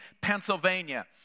Pennsylvania